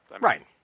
Right